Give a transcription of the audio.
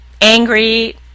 angry